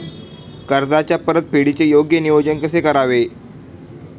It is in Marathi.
कर्जाच्या परतफेडीचे योग्य नियोजन कसे करावे?